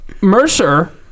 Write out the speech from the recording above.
Mercer